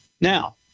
Now